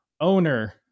owner